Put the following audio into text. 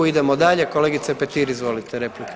Idemo dalje, kolegice Petir izvolite replika.